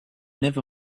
never